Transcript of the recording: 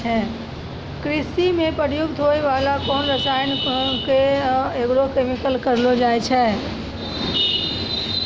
कृषि म प्रयुक्त होय वाला कोनो रसायन क एग्रो केमिकल कहलो जाय छै